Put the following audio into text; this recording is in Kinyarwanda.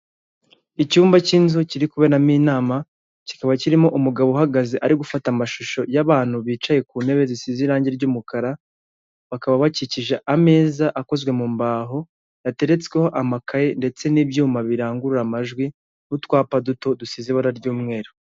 Icyumba cy'inzu kiri kuberamo inama, kikaba kirimo umugabo uhagaze ari gufata amashusho y'abantu bicaye ku ntebe zisize irangi ry'umukara, bakaba bakikije ameza akozwe mu mbaho yateretsweho amakaye ndetse n'ibyuma birangurura amajwi n'utwapa duto dusize ibara ry'umweru.